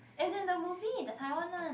as in the movie the Taiwan one